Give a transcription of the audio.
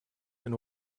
and